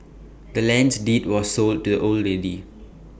the land's deed was sold to the old lady